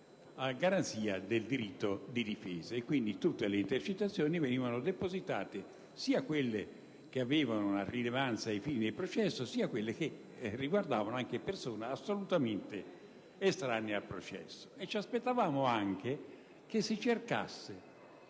a garanzia del diritto di difesa. Quindi tutte le intercettazioni venivano depositate: sia quelle che avevano una rilevanza ai fini del processo, sia quelle che riguardavano persone assolutamente estranee al processo. Ci aspettavamo anche che si cercasse